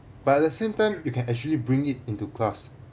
but at the same time you can actually bring it into class